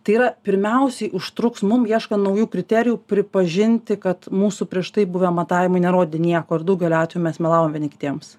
tai yra pirmiausiai užtruks mums ieškant naujų kriterijų pripažinti kad mūsų prieš tai buvę matavimai nerodė nieko ir daugeliu atvejų mes melavom vieni kitiems